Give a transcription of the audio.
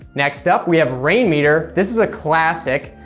next up, we have rainmeter. this is a classic.